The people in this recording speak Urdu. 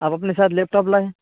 آپ اپنے ساتھ لیپ ٹاپ لائیں